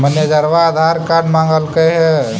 मैनेजरवा आधार कार्ड मगलके हे?